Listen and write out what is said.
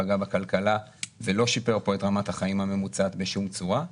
פגע בכלכלה ולא שיפר פה את רמת החיים הממוצעת בשום צורה,